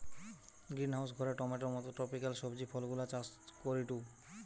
greenhouse ঘরে টমেটোর মত ট্রপিকাল সবজি ফলগুলা চাষ করিটু